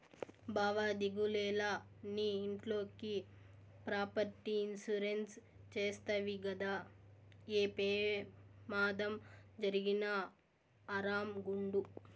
బావా దిగులేల, నీ ఇంట్లోకి ఈ ప్రాపర్టీ ఇన్సూరెన్స్ చేస్తవి గదా, ఏ పెమాదం జరిగినా ఆరామ్ గుండు